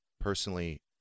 personally